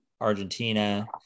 Argentina